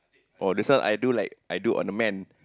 oh this one I do like I do on a man